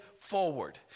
forward